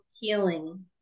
Healing